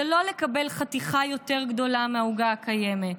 זה לא לקבל חתיכה יותר גדולה מהעוגה הקיימת,